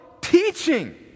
teaching